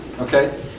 okay